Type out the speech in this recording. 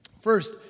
First